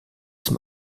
zum